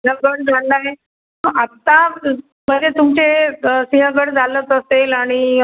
सिंहगड झाला आहे आत्ता म्हणजे तुमचे सिंहगड झालंच असेल आणि